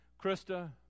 Krista